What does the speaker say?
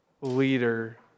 leader